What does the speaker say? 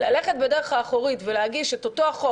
ללכת בדרך האחורית ולהגיש את אותו החוק